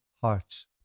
hearts